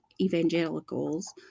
evangelicals